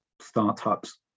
startups